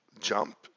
jump